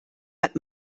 hat